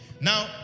Now